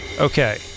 Okay